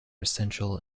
essential